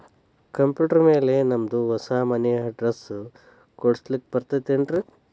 Computer ಮ್ಯಾಲೆ ನಮ್ದು ಹೊಸಾ ಮನಿ ಅಡ್ರೆಸ್ ಕುಡ್ಸ್ಲಿಕ್ಕೆ ಬರತೈತ್ರಿ?